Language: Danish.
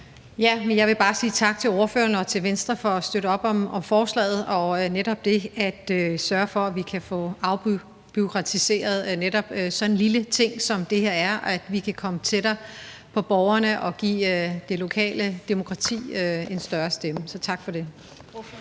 Jeg vil bare sige tak til ordføreren og til Venstre for at støtte op om forslaget og være med til at sørge for, at vi kan få afbureaukratiseret netop sådan en lille ting, som det her er, så vi kan komme tættere på borgerne og give det lokale demokrati en større stemme. Så tak for det.